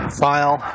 file